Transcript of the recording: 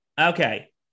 Okay